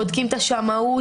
בודקים את השמאות,